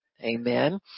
amen